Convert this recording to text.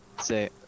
say